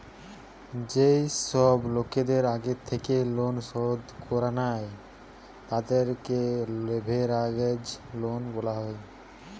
যেই সব লোকদের আগের থেকেই লোন শোধ করা লাই, তাদেরকে লেভেরাগেজ লোন বলা হয়